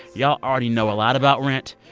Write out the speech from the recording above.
y'all already know a lot about rent.